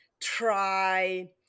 try